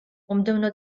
მომდევნო